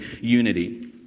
unity